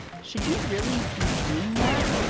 should you really be doing that?